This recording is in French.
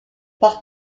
par